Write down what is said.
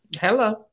Hello